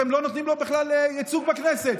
אתם לא נותנים לו בכלל ייצוג בכנסת.